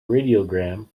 radiogram